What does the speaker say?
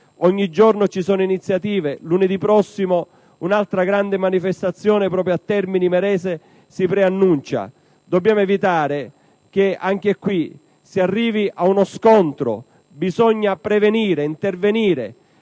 ogni giorno vi sono iniziative. Lunedì prossimo si preannuncia un'altra grande manifestazione proprio a Termini Imerese. Dobbiamo evitare che anche qui si arrivi a uno scontro. Bisogna prevenire, intervenire,